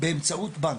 באמצעות בנק,